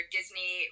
Disney